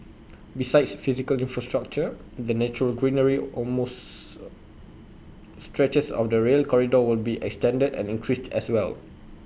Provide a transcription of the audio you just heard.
besides physical infrastructure the natural greenery along most stretches of the rail corridor will be extended and increased as well